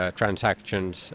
transactions